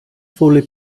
fully